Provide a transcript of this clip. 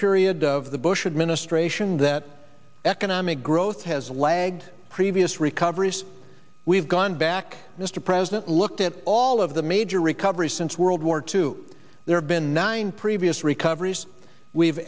period of the bush administration that economic growth has lagged previous recoveries we've gone back mr president looked at all of the major recovery since world war two there have been nine previous recoveries we've